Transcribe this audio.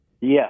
Yes